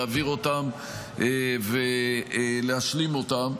להעביר אותם ולהשלים אותם.